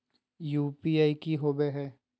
UPI की होवे है?